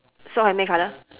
sock hai me colour